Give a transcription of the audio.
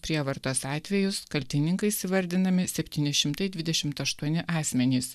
prievartos atvejus kaltininkais įvardinami septyni šimtai dvidešimt aštuoni asmenys